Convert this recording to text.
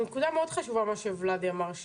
נקודה מאוד חשובה מה שולדי אמר,